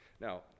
Now